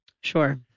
Sure